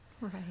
Right